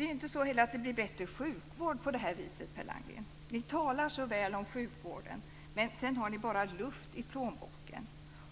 Inte blir det bättre sjukvård på det här viset, Per Landgren! Ni talar så väl om sjukvården, men sedan har ni bara luft i plånboken.